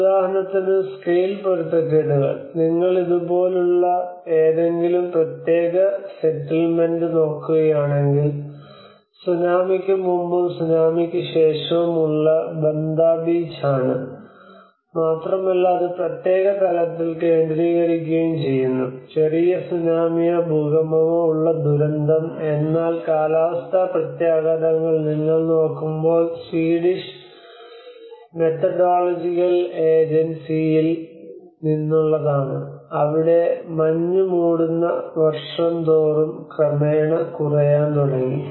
ഉദാഹരണത്തിന് സ്കെയിൽ പൊരുത്തക്കേടുകൾ നിങ്ങൾ ഇതുപോലുള്ള ഏതെങ്കിലും പ്രത്യേക സെറ്റിൽമെൻറ് നിന്നുള്ളതാണ് അവിടെ മഞ്ഞ് മൂടുന്നത് വർഷം തോറും ക്രമേണ കുറയാൻ തുടങ്ങി